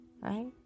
right